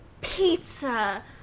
pizza